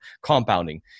compounding